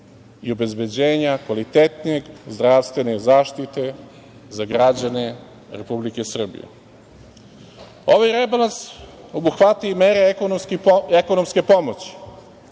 i obezbeđenja kvalitetnije zdravstvene zaštite za građane Republike Srbije. Ovaj rebalans obuhvata i mere ekonomske pomoći,